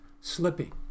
slipping